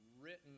written